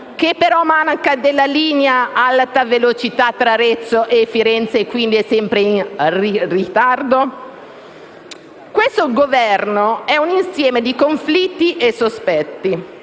che però manca della linea alta velocità tra Arezzo e Firenze e quindi è sempre in ritardo? Questo Governo è un insieme di conflitti e sospetti.